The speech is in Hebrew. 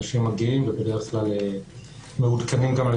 אנשים מגיעים ובדרך כלל מעודכנים גם על